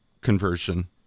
conversion